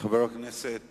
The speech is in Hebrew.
חבר הכנסת